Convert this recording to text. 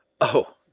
Oh